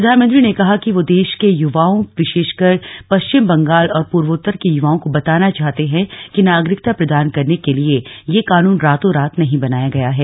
प्रधानमंत्री ने कहा कि वह देश के युवाओं विशेषकर पश्चिम बंगाल और पूर्वोत्तर के युवाओं को बताना चाहते हैं कि नागरिकता प्रदान करने के लिए यह कानून रातों रात नहीं बनाया गया है